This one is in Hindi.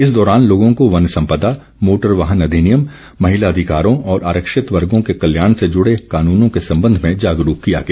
इस दौरान लोगों को वन संपदा मोटर वाहन अधिनियम महिला अधिकारों और आरक्षित वर्गों के कल्याण से जुड़े कानूनों के संबंध में जागरूक किया गया